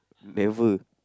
never